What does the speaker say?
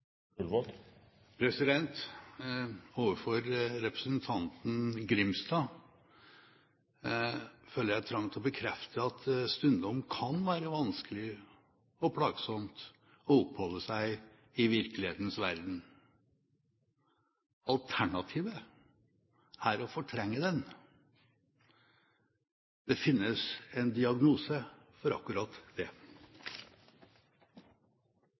minutt. Overfor representanten Grimstad føler jeg trang til å bekrefte at det stundom kan være vanskelig og plagsomt å oppholde seg i virkelighetens verden. Alternativet er å fortrenge den. Det finnes en diagnose for akkurat det.